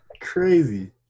Crazy